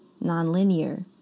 Non-linear